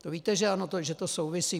To víte že ano, že to souvisí.